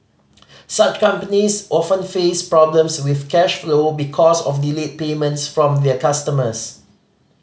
such companies often face problems with cash flow because of delayed payments from their customers